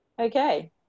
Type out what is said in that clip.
okay